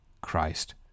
Christ